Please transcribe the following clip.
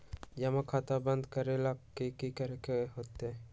जमा खाता बंद करे ला की करे के होएत?